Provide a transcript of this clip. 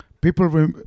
People